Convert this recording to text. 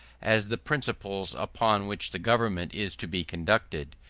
as the principles upon which the government is to be conducted,